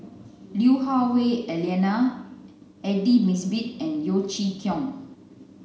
Lui Hah Wah Elena Aidli Mosbit and Yeo Chee Kiong